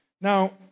Now